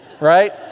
right